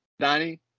Danny